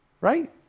right